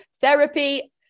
Therapy